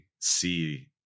see